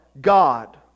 God